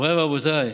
מוריי ורבותיי,